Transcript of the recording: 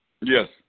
Yes